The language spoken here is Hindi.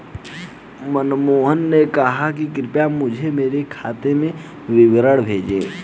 मनोहर ने कहा कि कृपया मुझें मेरे खाते का विवरण भेजिए